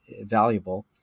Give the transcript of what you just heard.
valuable